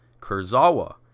Kurzawa